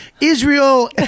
Israel